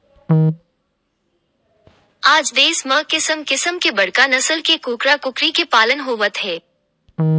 आज देस म किसम किसम के बड़का नसल के कूकरा कुकरी के पालन होवत हे